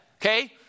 okay